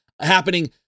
happening